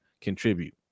contribute